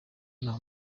nta